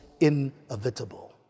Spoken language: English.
inevitable